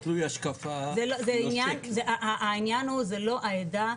זה עניין הוא לא העדה,